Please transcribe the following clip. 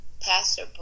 Pastor